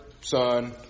Son